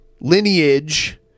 lineage